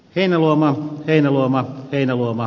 heinäluoma heinäluoma heinäluoma